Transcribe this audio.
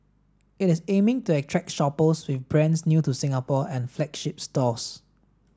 it is aiming to attract shoppers with brands new to Singapore and flagship stores